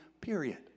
period